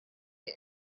iyo